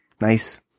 Nice